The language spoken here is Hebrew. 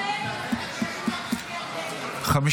לוועדת החוקה, חוק ומשפט נתקבלה.